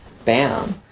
Bam